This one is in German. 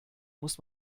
muss